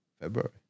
February